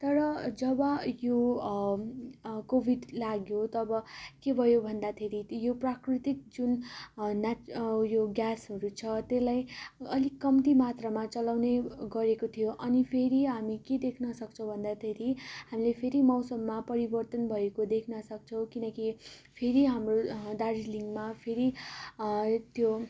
तर जब यो कोविड लाग्यो तब के भयो भन्दाखेरि यो प्राकृतिक जुन नयाँ यो ग्यासहरू छ त्यसलाई अलिक कम्ती मात्रमा चलाउने गरेको थियो अनि फेरि हामी के देख्न सक्छौँ भन्दाखेरि हामीले खेरि मौसममा परिवर्तन भएको देख्न सक्छौँ किनकि फेरि हाम्रो दार्जिलिङमा फेरि त्यो